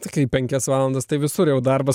sakai penkias valandas tai visur jau darbas